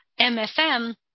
MFM